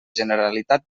generalitat